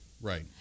Right